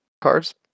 cards